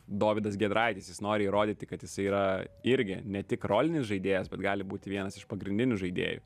dovydas giedraitis jis nori įrodyti kad jis yra irgi netik rolinis žaidėjas bet gali būti vienas iš pagrindinių žaidėjų